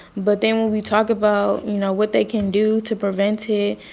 but then when we talk about, you know, what they can do to prevent it,